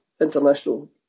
international